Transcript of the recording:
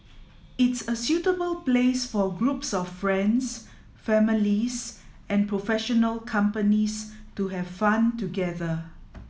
it's a suitable place for groups of friends families and professional companies to have fun together